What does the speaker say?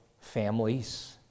families